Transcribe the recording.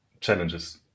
challenges